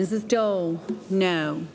this is still no